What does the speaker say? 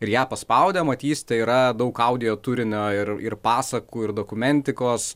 ir ją paspaudę matysite yra daug audio turinio ir ir pasakų ir dokumentikos